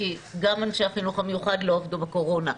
כי גם אנשי החינוך המיוחד לא עבדו בקורונה.